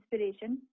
inspiration